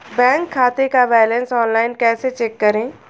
Bank खाते का balance online कैसे चेक करें?